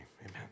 Amen